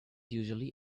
usually